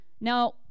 Now